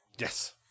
Yes